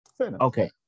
okay